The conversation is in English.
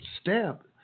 step